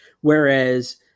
Whereas